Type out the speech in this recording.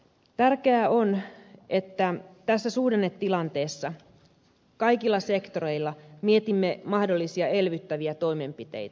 tärkeää on että tässä suhdannetilanteessa kaikilla sektoreilla mietimme mahdollisia elvyttäviä toimenpiteitä